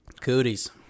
Cooties